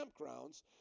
campgrounds